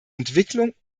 entwicklung